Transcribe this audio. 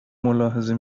ملاحظه